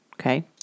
Okay